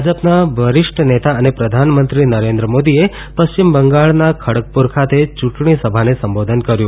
ભાજપના વરિષ્ઠ નેતા અને પ્રધાનમંત્રી નરેન્દ્ર મોદીએ પશ્ચિમ બંગાળના ખડગપુર ખાતે યૂંટણી સભાને સંબોધન કર્યું